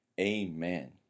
Amen